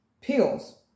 pills